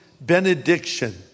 benediction